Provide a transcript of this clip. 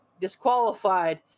disqualified